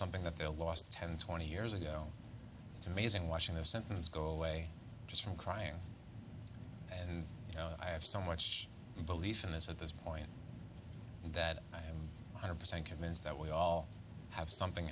something that they'll last ten twenty years ago it's amazing washing their sentiments go away just from crying and you know i have so much belief in this at this point that i am one hundred percent convinced that we all have something